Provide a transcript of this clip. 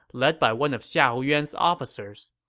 led by one of xiahou yuan's officers.